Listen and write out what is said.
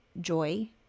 joy